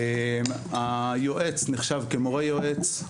היועץ נחשב כמורה-יועץ,